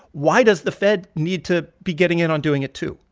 why does the fed need to be getting in on doing it, too?